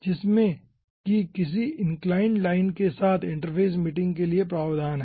जिसमे कि किसी इंक्लाइंड लाइन के साथ इंटरफ़ेस फिटिंग के लिए प्रावधान है